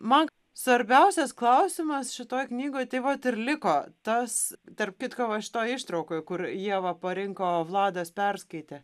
man svarbiausias klausimas šitoj knygoj tai vat ir liko tas tarp kitko va šitoj ištraukoj kur ievą parinko vladas perskaitė